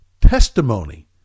testimony